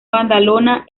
badalona